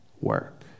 work